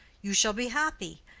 you shall be happy.